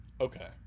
okay